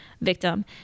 victim